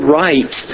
right